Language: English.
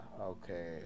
Okay